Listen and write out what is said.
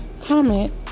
comment